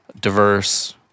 Diverse